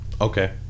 Okay